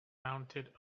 mounted